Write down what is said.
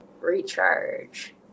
recharge